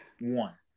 one